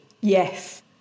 Yes